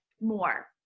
more